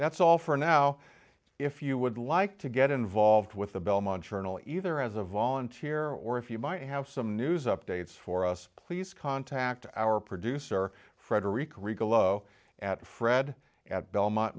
that's all for now if you would like to get involved with the belmont journal either as a volunteer or if you buy a house some news updates for us please contact our producer frederick regal oh at fred at belmont